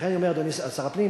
לכן, אני רק אומר, אדוני שר הפנים,